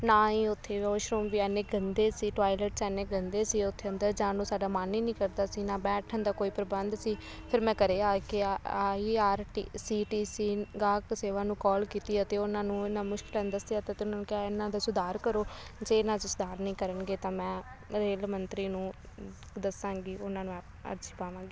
ਨਾ ਹੀ ਉੱਥੇ ਵੋਸ਼ਰੂਮ ਵੀ ਇੰਨੇ ਗੰਦੇ ਸੀ ਟੋਇਲਟ 'ਚ ਇੰਨੇ ਗੰਦੇ ਸੀ ਉੱਥੇ ਅੰਦਰ ਜਾਣ ਨੂੰ ਸਾਡਾ ਮਨ ਹੀ ਨਹੀਂ ਕਰਦਾ ਸੀ ਨਾ ਬੈਠਣ ਦਾ ਕੋਈ ਪ੍ਰਬੰਧ ਸੀ ਫਿਰ ਮੈਂ ਘਰ ਆ ਕੇ I R T C T C ਗਾਹਕ ਸੇਵਾ ਨੂੰ ਕਾਲ ਕੀਤੀ ਅਤੇ ਉਹਨਾਂ ਨੂੰ ਇਹਨਾਂ ਮੁਸ਼ਕਿਲਾਂ ਦਾ ਦੱਸਿਆ ਅਤੇ ਤੁਹਾਨੂੰ ਕਿਹਾ ਇਹਨਾਂ ਦਾ ਸੁਧਾਰ ਕਰੋ ਜੇ ਨਾ ਇਹਨਾਂ 'ਚ ਸੁਧਾਰ ਨਹੀਂ ਕਰਨਗੇ ਤਾਂ ਮੈਂ ਰੇਲ ਮੰਤਰੀ ਨੂੰ ਦੱਸਾਂਗੀ ਉਹਨਾਂ ਨੂੰ ਐਪ ਅਰਜ਼ੀ ਪਾਵਾਂਗੀ